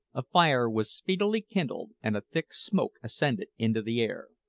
a fire was speedily kindled, and a thick smoke ascended into the air.